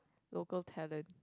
local talent